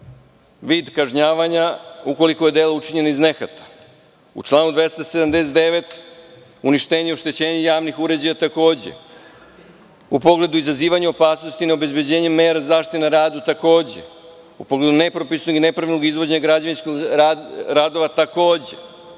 vid kažnjavanja ukoliko je delo učinjeno iz nehata; u članu 279, uništenje i oštećenje javnih uređaja, takođe; u pogledu izazivanja opasnosti, neobezbeđenje mera zaštite na radu, takođe; u pogledu nepropisnog i nepravilnog izvođenja građevinskih radova, takođe;